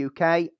UK